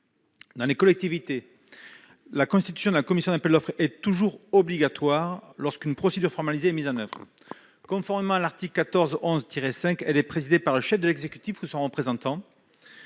Dans les collectivités territoriales, la constitution de commissions d'appel d'offres est toujours obligatoire, lorsqu'une procédure formalisée est mise en oeuvre. Conformément à l'article L. 1411-5, elle est présidée par le chef de l'exécutif ou son représentant.